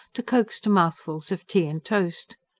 to coax to mouthfuls of tea and toast.